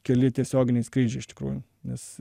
keli tiesioginiai skrydžiai iš tikrųjų nes